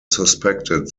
suspected